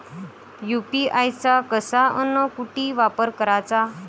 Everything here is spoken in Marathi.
यू.पी.आय चा कसा अन कुटी वापर कराचा?